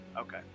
Okay